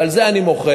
ועל זה אני מוחה,